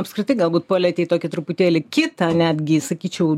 apskritai galbūt palietei tokį truputėlį kitą netgi sakyčiau